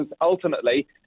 ultimately